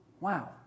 Wow